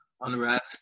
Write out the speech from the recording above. unrest